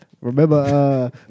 remember